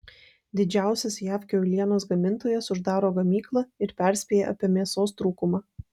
didžiausias jav kiaulienos gamintojas uždaro gamyklą ir perspėja apie mėsos trūkumą